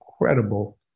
incredible